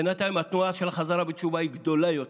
בינתיים התנועה של החזרה בתשובה היא גדולה יותר.